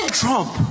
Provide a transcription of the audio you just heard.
trump